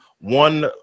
one